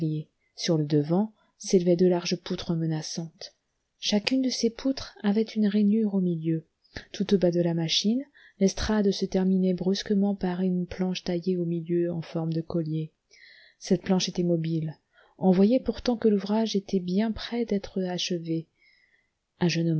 sur le devant s'élevaient deux larges poutres menaçantes chacune de ces poutres avait une rainure au milieu tout au bas de la machine l'estrade se terminait brusquement par une planche taillée au milieu en forme de collier cette planche était mobile on voyait pourtant que l'ouvrage était bien près d'être achevé